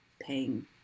paying